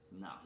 No